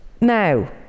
Now